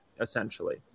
essentially